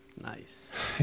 nice